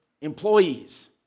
employees